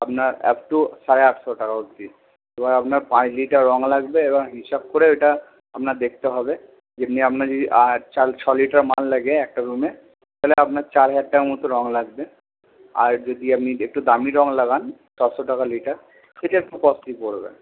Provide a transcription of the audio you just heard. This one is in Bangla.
আপনার আপটু সাড়ে আটশো টাকা অবধি তো আপনার পাঁচ লিটার রঙ লাগবে এবার হিসাব করে ওটা আপনার দেখতে হবে যেমনি আপনার যদি আর ছ লিটার মাল লাগে একটা রুমে তাহলে আপনার চার হাজার টাকার মতো রঙ লাগবে আর যদি আপনি যদি একটু দামি রঙ লাগান ছশো টাকা লিটার সেটা একটু কস্টলি পড়বে